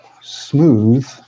smooth